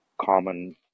common